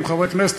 חברי חברי הכנסת,